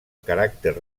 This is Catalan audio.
caràcter